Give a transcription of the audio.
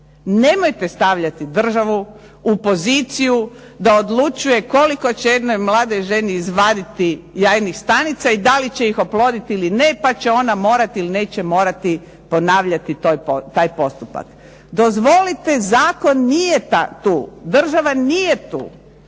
Nemojte stavljati državu u poziciju da odlučuje koliko će jednoj mladoj ženi izvaditi jajnih stanica i da li će ih oploditi ili ne, pa će ona morati ili neće morati ponavljati taj postupak. Dozvolite, zakon nije tu. Država nije tu